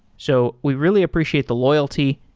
so we really appreciate the loyalty.